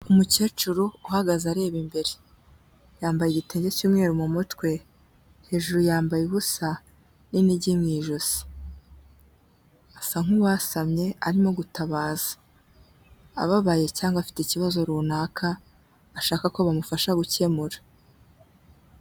Umukecuru uhagaze areba imbere, yambaye igitenge cy'umweru mu mutwe, hejuru yambaye ubusa n'inigi mu ijosi, asa nk'uwasamye arimo gutabaza, ababaye cyangwa afite ikibazo runaka ashaka ko bamufasha gukemura.